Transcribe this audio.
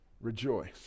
rejoice